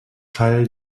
teil